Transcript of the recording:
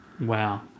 Wow